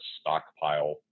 stockpile